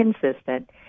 consistent